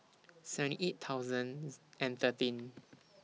seventy eight thousands and thirteen